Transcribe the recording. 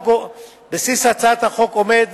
בבסיס הצעת החוק עומד